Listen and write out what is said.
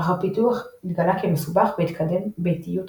אך הפיתוח התגלה כמסובך והתקדם באטיות רבה.